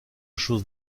chose